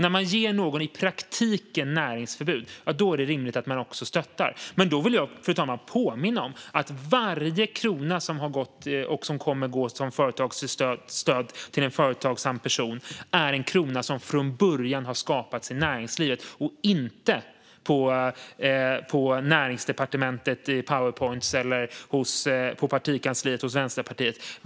När man i praktiken ger någon näringsförbud är det rimligt att man ger stöd. Men då, fru talman, får vi påminna om att varje krona som kommer att gå i form av företagsstöd till en företagsam person är en krona som från början har skapats i näringslivet och inte på Näringsdepartementet i Powerpoints eller hos Vänsterpartiets partikansli.